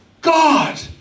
God